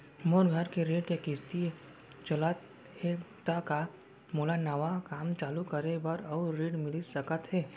मोर घर के ऋण के किसती चलत हे ता का मोला नवा काम चालू करे बर अऊ ऋण मिलिस सकत हे?